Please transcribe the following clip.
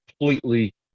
completely